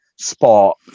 spot